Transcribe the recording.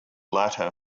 latter